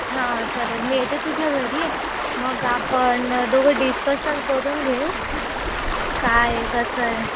हां चालेल मी येते तुझ्या घरी मग आपण दोघं डिस्कशन करून घेऊ काय कसं आहे